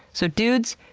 so, dudes,